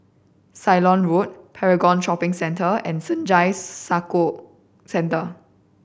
Ceylon Road Paragon Shopping Centre and Senja Soka Centre